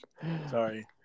Sorry